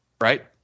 right